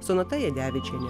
sonata jadevičienė